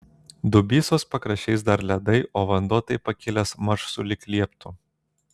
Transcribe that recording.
dubysos pakraščiais dar ledai o vanduo taip pakilęs maž sulig lieptu